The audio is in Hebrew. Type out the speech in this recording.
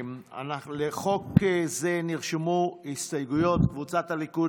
לחוק זה נרשמו הסתייגויות של קבוצת הליכוד,